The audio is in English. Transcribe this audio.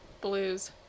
Blues